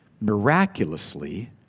miraculously